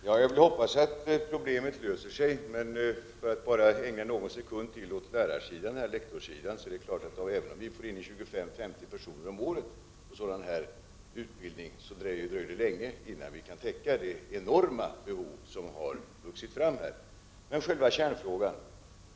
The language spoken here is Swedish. Herr talman! Jag hoppas att problemet löser sig. När det gäller lektorer är det dock så att även om vi får in 25—50 personer om året på sådan här utbildning, dröjer det länge innan vi kan täcka det enorma behov som har vuxit fram. Jag kommer nu till själva kärnfrågan.